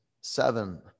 seven